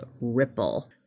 Ripple